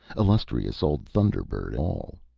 illustrious old thunder-bird all.